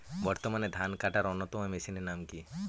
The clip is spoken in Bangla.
বর্তমানে ধান কাটার অন্যতম মেশিনের নাম কি?